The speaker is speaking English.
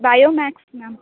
bio maths ma'am